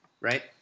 Right